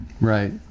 Right